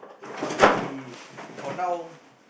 not really for now